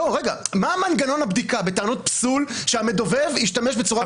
מה מנגנון הבדיקה בטענות פסול שהמדובב השתמש בצורה לא תקינה?